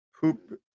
poop